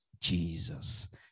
jesus